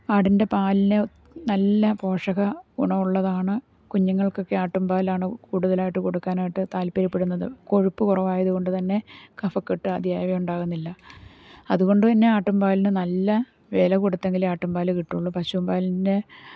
ആടിൻ്റെ പാലിന് നല്ല പോഷക ഗുണമുള്ളതാണ് കുഞ്ഞുങ്ങൾക്കൊക്കെ ആട്ടും പാലാണ് കൂടുതലായിട്ട് കൊടുക്കാനായിട്ട് താത്പര്യപ്പെടുന്നത് കൊഴുപ്പ് കുറവായതു കൊണ്ട് തന്നെ കഫക്കെട്ട് അദിയായവ ഉണ്ടാകുന്നില്ല അത് കൊണ്ട് തന്നെ ആട്ടുമ്പാലിന് നല്ല വില കൊടുത്തെങ്കിലേ ആട്ടുമ്പാൽ കിട്ടുകയുള്ളൂ പശുമ്പാലിൻ്റെ